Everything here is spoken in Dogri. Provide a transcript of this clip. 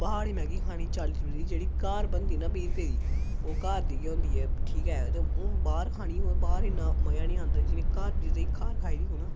प्हाड़ी मैगी खानी चाली रपेऽ दी जेह्ड़ी घर बनदी ना बीह् रपेऽ दी ओह् घर दी गै होंदी ऐ ठीक ऐ ते हून बाह्र खानी होऐ ते बाह्र इ'न्ना मज़ा निं आंदा कि जियां घर जेह्ड़ी घर दी चीज़ बनाई दी होऐ ना